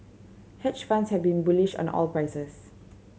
hedge funds have been bullish on the oil prices